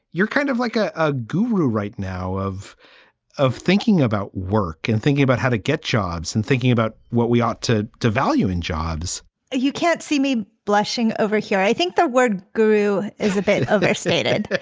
you're kind of like a ah guru right now of of thinking about work and thinking about how to get jobs and thinking about what we ought to to value in jobs you can't see me blushing over here. i think the word guru is a bit overstated.